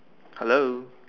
hello